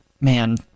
man